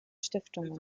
stiftungen